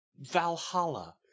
Valhalla